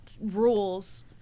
rules